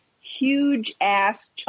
huge-ass